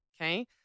okay